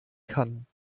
kann